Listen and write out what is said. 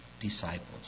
disciples